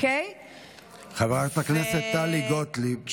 חברת הכנסת טלי גוטליב,